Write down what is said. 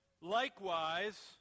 Likewise